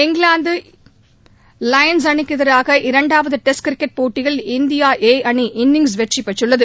England Lions அணிக்கு எதிரான இரண்டாவது டெஸ்ட் கிரிக்கெட் போட்டியில் இந்தியா ஏ அணி இன்னிங்ஸ் வெற்றி பெற்றுள்ளது